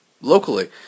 Locally